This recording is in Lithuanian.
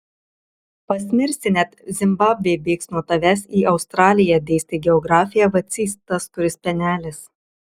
pasmirsi net zimbabvė bėgs nuo tavęs į australiją dėstė geografiją vacys tas kuris penelis